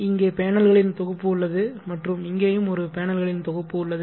இங்கே பேனல்களின் தொகுப்பு உள்ளது மற்றும் இங்கேயும் ஒரு பேனல்களின் தொகுப்பு உள்ளது